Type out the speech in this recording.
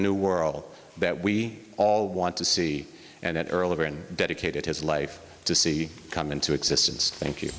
new world that we all want to see and earl over and dedicated his life to see come into existence thank you